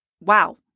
Wow